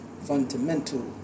Fundamental